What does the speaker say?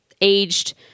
aged